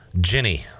Jenny